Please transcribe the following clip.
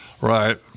Right